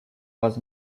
was